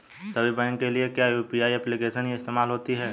सभी बैंकों के लिए क्या यू.पी.आई एप्लिकेशन ही इस्तेमाल होती है?